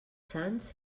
sants